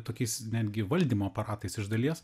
tokiais netgi valdymo aparatais iš dalies